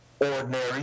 ordinary